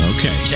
Okay